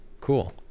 Cool